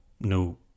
no